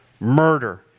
Murder